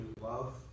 love